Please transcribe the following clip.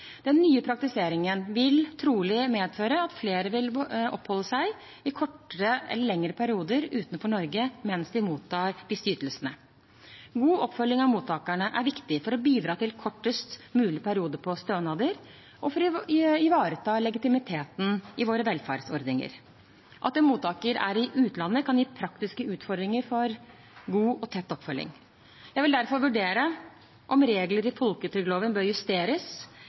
Den nye praktiseringen vil trolig medføre at flere vil oppholde seg i kortere eller lengre perioder utenfor Norge mens de mottar disse ytelsene. God oppfølging av mottakerne er viktig for å bidra til kortest mulig periode på stønader og for å ivareta legitimiteten i våre velferdsordninger. At en mottaker er i utlandet, kan gi praktiske utfordringer for god og tett oppfølging. Jeg vil derfor vurdere om regler i folketrygdloven bør justeres,